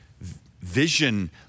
vision